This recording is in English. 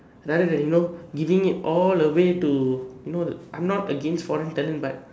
rather than you know giving it all away to you know I am not against foreign talent but